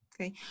Okay